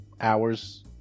hours